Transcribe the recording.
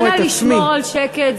אנא, לשמור על שקט.